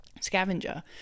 scavenger